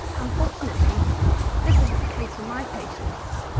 unfortunately this isn't the case for my patients.